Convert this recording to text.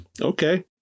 okay